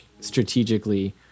strategically